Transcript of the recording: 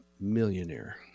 millionaire